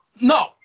no